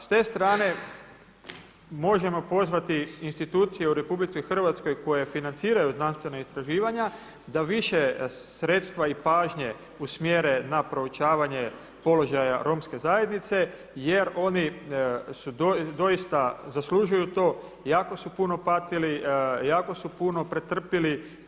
S te strane možemo pozvati institucije u RH koje financiraju znanstvena istraživanja da više sredstva i pažnje usmjere na proučavanje položaja romske zajednice jer oni doista zaslužuju to, jako su puno patili, jako su puno pretrpili.